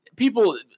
People